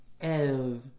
Ev